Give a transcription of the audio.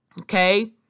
okay